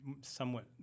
somewhat